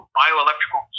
bioelectrical